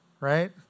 right